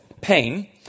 pain